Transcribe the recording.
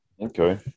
Okay